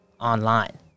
online